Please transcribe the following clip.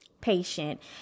patient